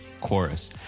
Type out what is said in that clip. chorus